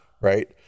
Right